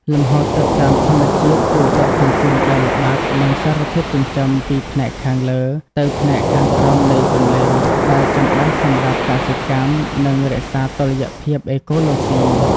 លំហូរទឹកតាមធម្មជាតិជួយដឹកជញ្ជូនដីល្បាប់ និងសារធាតុចិញ្ចឹមពីផ្នែកខាងលើទៅផ្នែកខាងក្រោមនៃទន្លេ ដែលចាំបាច់សម្រាប់កសិកម្ម និងរក្សាតុល្យភាពអេកូឡូស៊ី។